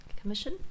Commission